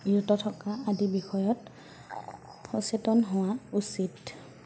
বিৰত থকা আদি বিষয়ত সচেতন হোৱা উচিত